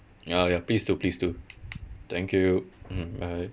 ya ya please do please do thank you mm bye